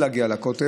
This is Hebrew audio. זה כדי להגיע לכותל.